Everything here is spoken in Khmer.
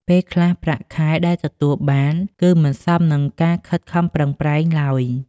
ពេលខ្លះ ប្រាក់ខែដែលទទួលបាន គឺមិនសមនឹងការខិតខំប្រឹងប្រែងឡើយ។